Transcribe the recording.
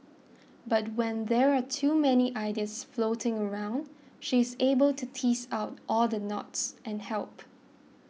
but when there are too many ideas floating around she is able to tease out all the knots and help